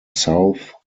south